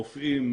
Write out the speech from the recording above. רופאים,